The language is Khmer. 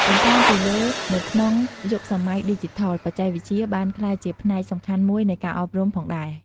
បន្ថែមពីលើនៅក្នុងយុគសម័យឌីជីថល បច្ចេកវិទ្យាបានក្លាយជាផ្នែកសំខាន់មួយនៃការអប់រំផងដែរ។